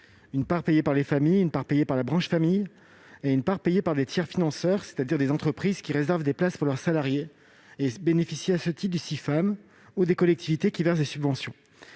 une part payée par les familles ; une part payée par la branche famille et une part payée par des tiers financeurs, c'est-à-dire des entreprises qui réservent des places pour leurs salariés et bénéficient à ce titre du Cifam, ou des collectivités qui versent des subventions.